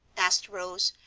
asked rose,